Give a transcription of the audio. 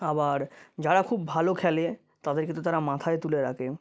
আবার যারা খুব ভালো খেলে তাদেরকে তো তারা মাথায় তুলে রাখে